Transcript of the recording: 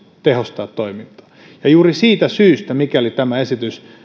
tehostaa toimintaa ja juuri siitä syystä mikäli tämä esitys